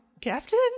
Captain